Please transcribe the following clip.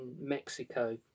Mexico